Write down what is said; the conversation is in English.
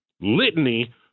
litany